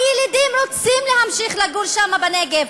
הילידים רוצים להמשיך לגור שם בנגב,